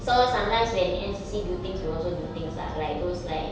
so sometimes when N_C_C do things we'll also do things ah like those like